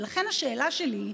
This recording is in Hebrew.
ולכן, השאלה שלי,